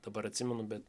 dabar atsimenu bet